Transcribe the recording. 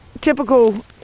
Typical